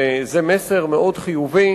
וזה מסר מאוד חיובי